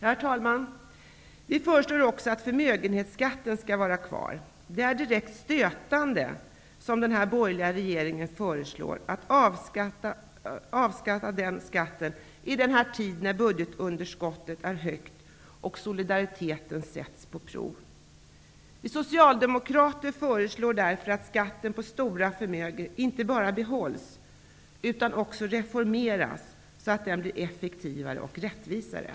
Socialdemokraterna föreslår också att förmögenhetsskatten skall vara kvar. Det är direkt stötande att avskaffa förmögenhetsskatten, något som den borgerliga regeringen föreslår, i dessa tider när budgetunderskottet är högt och solidariteten sätts på prov. Vi socialdemokrater föreslår därför att skatten på stora förmögenheter inte bara behålls utan också reformeras, så att den blir effektivare och rättvisare.